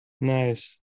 Nice